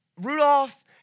Rudolph